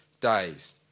days